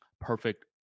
perfect